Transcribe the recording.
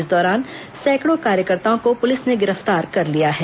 इस दौरान सैकड़ों कार्यकर्ताओं को पुलिस ने गिरफ्तार कर लिया है